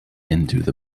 into